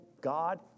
God